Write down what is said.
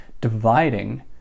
dividing